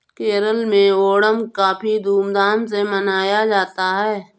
केरल में ओणम काफी धूम धाम से मनाया जाता है